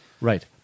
Right